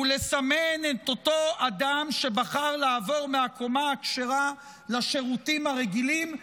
לסמן את אותו אדם שבחר לעבור מהקומה הכשרה לשירותים הרגילים,